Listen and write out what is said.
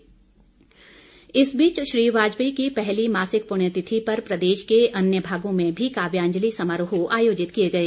श्रद्वांजलि इस बीच श्री वाजपेयी की पहली मासिक पुण्यतिथि पर प्रदेश के अन्य भागों में भी काव्यांजलि समारोह आयोजित किए गए